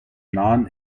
nahen